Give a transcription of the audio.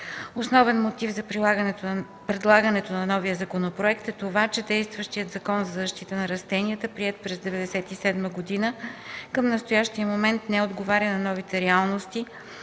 Основен мотив за предлагането на новия законопроект е това, че действащият Закон за защита на растенията, приет през 1997 г., към настоящия момент не отговаря на новите реалности,